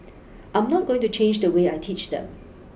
I'm not going to change the way I teach them